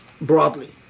broadly